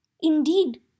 Indeed